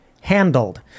handled